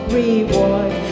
reward